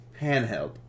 Handheld